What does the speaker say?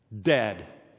dead